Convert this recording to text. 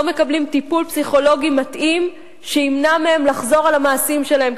לא מקבלים טיפול פסיכולוגי מתאים שימנע מהם לחזור על המעשים שלהם,